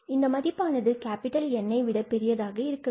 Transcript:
இந்த மதிப்பானது Nஐ விட பெரியதாக இருக்க வேண்டும்